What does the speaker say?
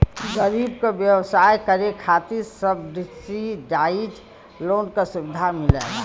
गरीब क व्यवसाय करे खातिर सब्सिडाइज लोन क सुविधा मिलला